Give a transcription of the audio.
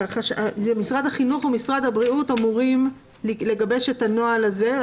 משרד החינוך ומשרד הבריאות אמורים לגבש את הנוהל הזה.